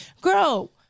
Girl